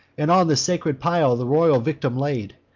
and on the sacred pile the royal victim laid.